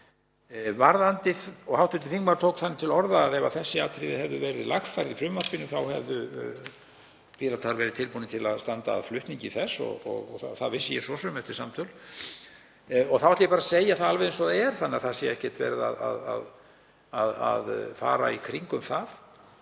atriði. Hv. þingmaður tók þannig til orða að ef þau atriði hefðu verið lagfærð í frumvarpinu þá hefðu Píratar verið tilbúnir til að standa að flutningi þess og það vissi ég svo sem eftir samtöl. Þá ætla ég bara að segja það alveg eins og er, þannig að ekkert sé verið að fara í kringum það,